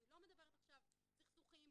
אני לא מדברת עכשיו על סכסוכים,